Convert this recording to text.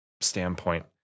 standpoint